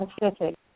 Pacific